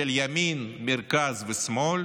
של ימין, מרכז ושמאל,